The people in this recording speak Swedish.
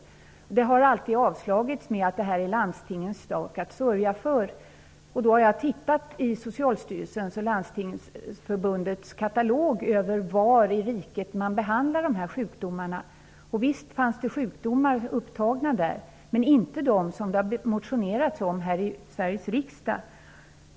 Dessa motioner har alltid avslagits med motiveringen att detta är en sak för landstingen. Jag har studerat Socialstyrelsens och Landstingsförbundets katalog över var i riket man behandlar dessa sjukdomar. Visst finns många sjukdomar upptagna där men inte dem som det har motionerats om här i riksdagen.